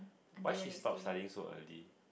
why she stop studying so early